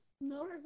no